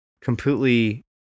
completely